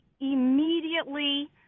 immediately